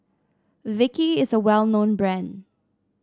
Vichy is a well known brand